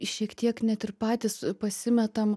šiek tiek net ir patys pasimetam